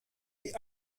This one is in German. die